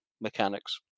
mechanics